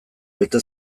bete